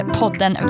podden